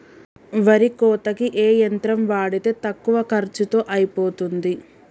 వరి కోతకి ఏ యంత్రం వాడితే తక్కువ ఖర్చులో అయిపోతుంది?